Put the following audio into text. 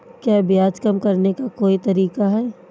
क्या ब्याज कम करने का कोई तरीका है?